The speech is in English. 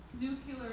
Nuclear